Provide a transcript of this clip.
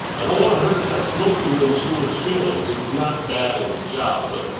i don't want to hurt that smoking room steward's feelings. he's not bad at his job. but,